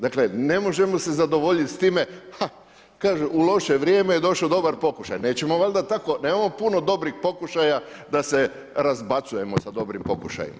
Dakle, ne možemo se zadovoljiti s time, ha, kaže u loše vrijeme je došao dobar pokušaj, nećemo valjda tako, nemamo puno dobrih pokušaja, da se razbacujemo sa dobrim pokušajima.